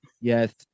yes